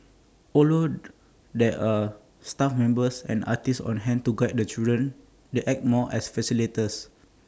although there are staff members and artists on hand to guide the children they act more as facilitators